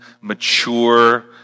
mature